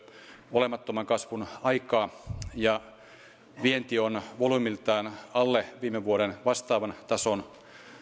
olemattoman kasvun aikaa ja vienti on volyymiltaan alle viime vuoden vastaavan tason